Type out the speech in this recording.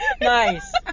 Nice